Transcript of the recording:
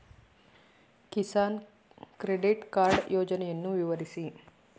Kisan credit card ಯೋಜನೆಯನ್ನು ವಿವರಿಸಿ?